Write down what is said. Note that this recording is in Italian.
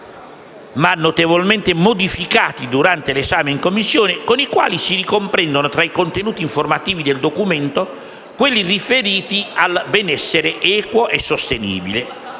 ma notevolmente modificati durante l'esame in Commissione alla Camera, con i quali si ricomprendono tra i contenuti informativi del Documento quelli riferiti al benessere equo e sostenibile.